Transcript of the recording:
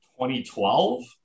2012